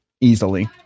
easily